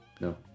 No